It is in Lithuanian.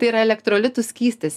tai yra elektrolitų skystis